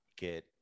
get